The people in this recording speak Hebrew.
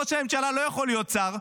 ראש הממשלה לא יכול להיות שר,